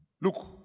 Look